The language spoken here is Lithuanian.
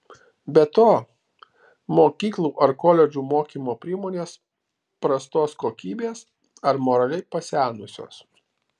be to mokyklų ar koledžų mokymo priemonės prastos kokybės ar moraliai pasenusios